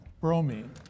bromine